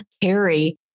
carry